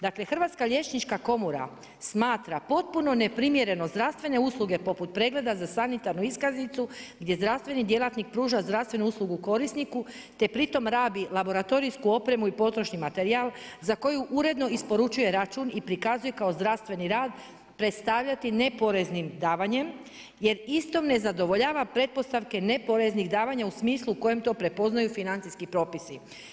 Dakle, Hrvatska liječnička komora smatra potpuno neprimjereno zdravstvene usluge poput pregleda za sanitarnu iskaznicu gdje zdravstveni djelatnik pruža zdravstvenu uslugu korisniku te pritom radi laboratorijsku opremu i potrošni materijal za koju uredno isporučuje račun i prikazuje kao zdravstveni rad, predstavljati neporeznim davanjem jer isto ne zadovoljava pretpostavke neporeznih davanja u smislu kojem to prepoznaju financijski propisi.